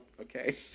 okay